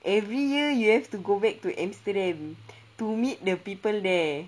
every year you have to go back to amsterdam to meet the people there